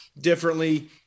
differently